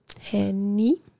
Henny